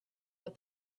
what